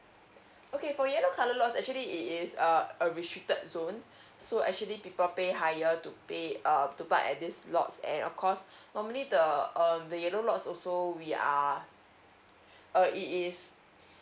okay for yellow colour lots actually it is a a restricted zone so actually people pay higher to pay err to park at this lots and of course normally the uh the yellow lot also we are uh it is